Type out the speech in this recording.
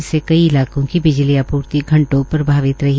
इससे कई इलाकों की बिजली आप्र्ति घंटों प्रभावित रही